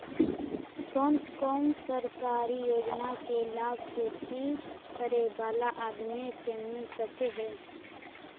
कोन कोन सरकारी योजना के लाभ खेती करे बाला आदमी के मिल सके हे?